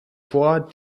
vor